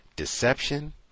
deception